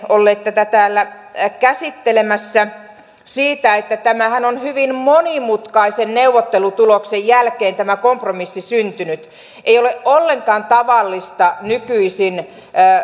olleet tätä täällä käsittelemässä siitä että tämä kompromissihan on hyvin monimutkaisen neuvottelutuloksen jälkeen syntynyt ei ole ollenkaan tavallista nykyisin